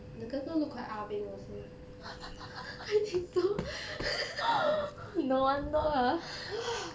the 哥哥 look quite ah beng also I think so